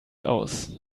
aus